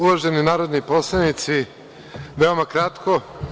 Uvaženi narodni poslanici, veoma kratko.